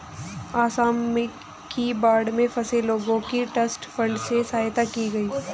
आसाम की बाढ़ में फंसे लोगों की ट्रस्ट फंड से सहायता की गई